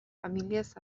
familias